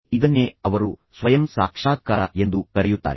ಇದನ್ನೇ ಅವರು ಸ್ವಯಂ ಸಾಕ್ಷಾತ್ಕಾರ ಎಂದು ಕರೆಯುತ್ತಾರೆ